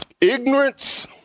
Ignorance